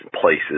places